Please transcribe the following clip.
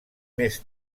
més